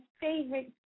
favorite